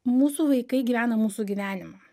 mūsų vaikai gyvena mūsų gyvenimą